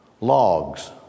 logs